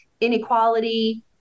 inequality